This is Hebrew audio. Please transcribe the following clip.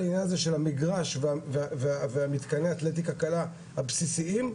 העניין הזה של המגרש ומתקני אתלטיקה קלה בסיסיים,